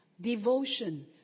Devotion